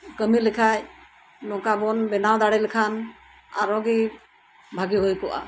ᱠᱟᱹᱢᱤ ᱞᱮᱠᱷᱟᱡ ᱱᱚᱝᱠᱟᱱ ᱵᱮᱱᱟᱣ ᱫᱟᱲᱮ ᱞᱮᱱ ᱠᱷᱟᱱ ᱟᱨ ᱦᱚᱸ ᱜᱮ ᱵᱷᱟᱹᱜᱤ ᱦᱩᱭ ᱠᱚᱜᱼᱟ